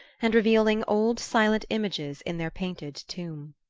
and revealing old silent images in their painted tomb.